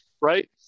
right